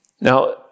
Now